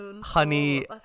honey